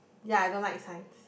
ya I don't like science